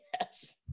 Yes